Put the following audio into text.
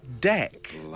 deck